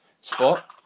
spot